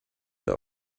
der